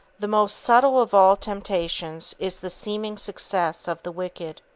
the most subtle of all temptations is the seeming success of the wicked.